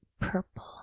purple